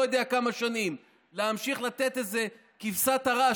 יודע כמה שנים להמשיך לתת איזו כבשת הרש,